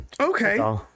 okay